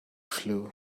flue